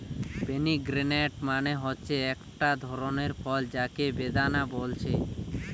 pomegranate মানে হচ্ছে একটা ধরণের ফল যাকে বেদানা বলছে